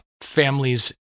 families